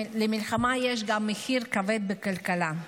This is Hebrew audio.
למלחמה יש גם מחיר כבד בכלכלה: